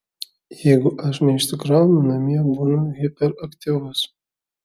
jeigu aš neišsikraunu namie būnu hiperaktyvus